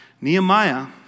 Nehemiah